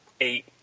eight